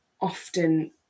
often